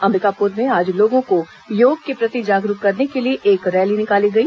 अंबिकापुर में आज लोगों को योग के प्रति जागरूक करने के लिए एक रैली निकाली गई